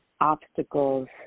obstacles